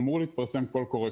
אמור להתפרסם קול קורא,